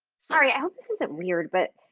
sorry, i hope this isn't weird but